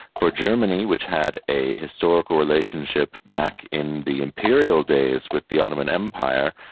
for germany, which had a historical relationship back in the imperial days with the ottoman empire,